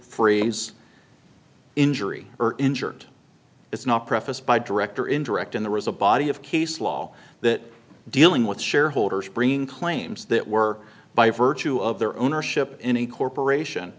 phrase injury or injured it's not prefaced by direct or indirect in the result body of case law that dealing with shareholders bringing claims that were by virtue of their ownership in a corporation